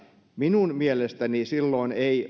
minun mielestäni silloin ei